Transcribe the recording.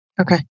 okay